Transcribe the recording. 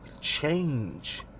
change